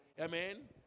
Amen